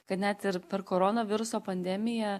kad net ir per koronaviruso pandemiją